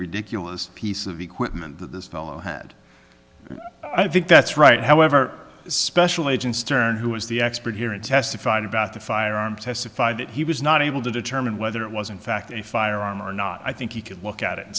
ridiculous piece of equipment that this fellow had i think that's right however special agent stern who is the expert here and testified about the firearm testified that he was not able to determine whether it was in fact a firearm or not i think he could look at it and